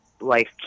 life